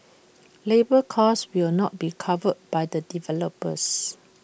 labour cost will not be covered by the developers